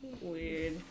Weird